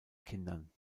kindern